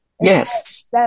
Yes